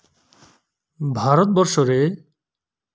ᱵᱷᱟᱨᱚᱛᱵᱚᱨᱥᱚ ᱨᱮ